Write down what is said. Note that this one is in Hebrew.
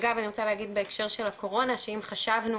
אגב אני רוצה להגיד שבהקשר של הקורונה שאם חשבנו